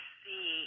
see